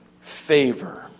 favor